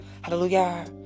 hallelujah